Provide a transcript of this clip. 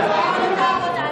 הוא צריך ללמוד את העבודה,